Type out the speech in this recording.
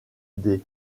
des